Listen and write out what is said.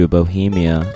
Bohemia